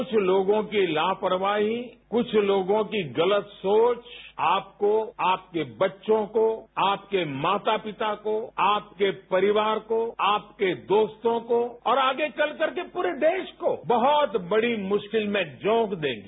कुछ लोगों की लापरवाही कुछ लोगों की गलत सोच आपको आपके बच्चों को आपके माता पिता को आपके परिवार को आपके दोस्तों को और आगे चलकर पूरे देश को बहुत बड़ी मुश्किल में झोंक देगी